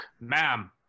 ma'am